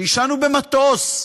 שעישנו במטוס.